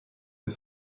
peu